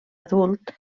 adult